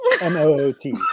M-O-O-T